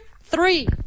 three